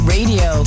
Radio